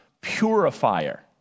purifier